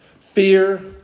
fear